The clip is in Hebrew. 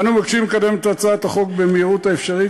אנו מבקשים לקדם את הצעת החוק במהירות האפשרית